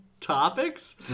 topics